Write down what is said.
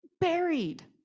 buried